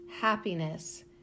happiness